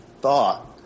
thought